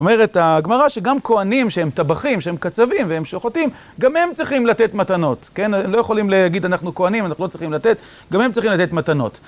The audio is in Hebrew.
אומרת הגמרא שגם כהנים שהם טבחים, שהם קצבים והם שוחטים, גם הם צריכים לתת מתנות. כן? הם לא יכולים להגיד, אנחנו כהנים, אנחנו לא צריכים לתת, גם הם צריכים לתת מתנות.